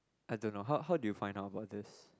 I don't know how how do you find about this